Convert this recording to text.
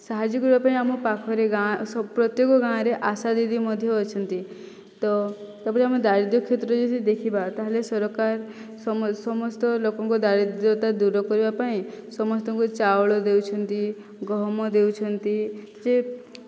ସାହାଯ୍ୟ କରିବା ପାଇଁ ଆମ ପାଖରେ ଗାଁ ପ୍ରତ୍ୟେକ ଗାଁରେ ଆଶା ଦିଦି ମଧ୍ୟ ଅଛନ୍ତି ତ ତା'ପରେ ଆମେ ଦାରିଦ୍ର୍ୟ କ୍ଷେତ୍ରରେ ଯଦି ଦେଖିବା ତା'ହେଲେ ସରକାର ସମସ୍ତ ଲୋକଙ୍କ ଦାରିଦ୍ର୍ୟତା ଦୂର କରିବା ପାଇଁ ସମସ୍ତଙ୍କୁ ଚାଉଳ ଦେଉଛନ୍ତି ଗହମ ଦେଉଛନ୍ତି ଯେ